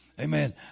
Amen